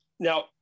Now